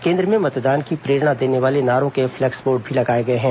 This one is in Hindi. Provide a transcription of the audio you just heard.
केन्द्र में मतदान की प्रेरणा देने वाले नारों के फ्लैक्स बोर्ड भी लगाए गए हैं